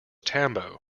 tambo